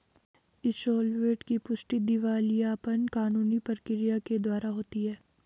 insolvent की पुष्टि दिवालियापन कानूनी प्रक्रिया के द्वारा होती है